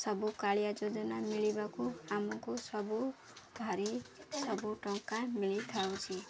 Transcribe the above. ସବୁ କାଳିଆ ଯୋଜନା ମିଳିବାକୁ ଆମକୁ ସବୁ ଧରି ସବୁ ଟଙ୍କା ମିଳି ଥାଉଛିି